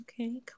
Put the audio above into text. Okay